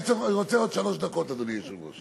אני רוצה עוד שלוש דקות, אדוני היושב-ראש.